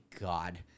God